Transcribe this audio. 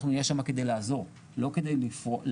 אנחנו נהיה שם כדי לעזור, לא כדי להפריע.